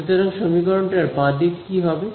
সুতরাং সমীকরণটার বাঁ দিক কি হবে